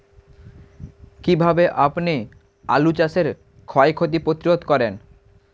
কীভাবে আপনি আলু চাষের ক্ষয় ক্ষতি প্রতিরোধ করেন?